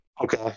Okay